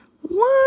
one